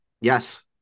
Yes